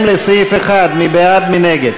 מרב מיכאלי,